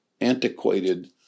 antiquated